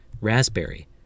raspberry